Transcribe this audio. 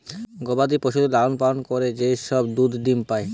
গবাদি পশুদের লালন পালন করে যে সব দুধ ডিম্ পাই